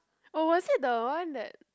oh was it the one that